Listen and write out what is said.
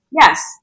Yes